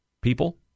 people